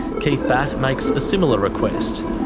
keith batt makes a similar request.